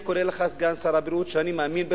לכן, אני קורא לך, סגן שר הבריאות, אני מאמין בך,